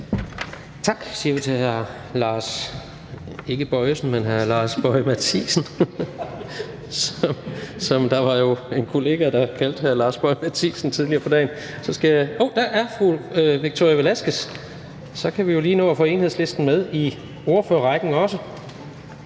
Tak siger vi til hr. Lars Boje Mathiesen, og ikke hr. Lars Bojesen, som der jo var en kollega der kaldte hr. Lars Boje Mathiesen tidligere på dagen. Dér er fru Victoria Velasquez, og så kan vi jo lige nå at få Enhedslisten med i ordførerrækken også.